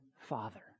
Father